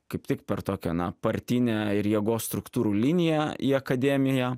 kaip tik per tokią na partinę ir jėgos struktūrų liniją į akademiją